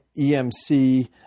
EMC